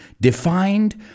defined